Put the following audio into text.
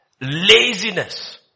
laziness